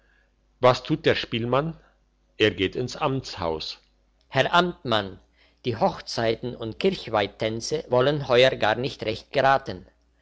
was tut der spielmann er geht ins amtshaus herr amtmann die hochzeiten und kirchweihtänze wollen heuer gar nicht recht geraten